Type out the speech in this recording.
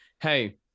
hey